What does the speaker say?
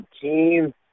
team